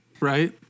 right